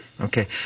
Okay